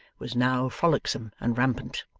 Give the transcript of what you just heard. was now frolicsome and rampant.